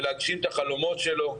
ולהגשים את החלומות שלו,